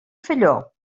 felló